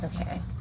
Okay